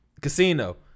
Casino